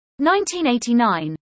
1989